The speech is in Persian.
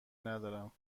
ندارم